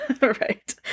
right